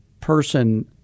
person –